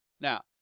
Now